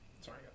sorry